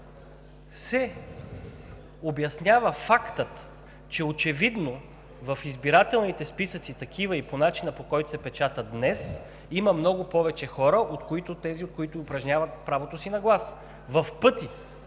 се обяснява фактът, че очевидно в избирателните списъци – такива и по начина, по който се печатат днес, има много повече хора от тези, които упражняват правото си на глас в пъти.